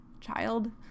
child